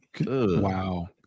Wow